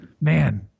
man